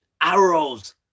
arrows